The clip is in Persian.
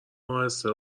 اهسته